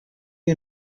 you